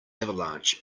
avalanche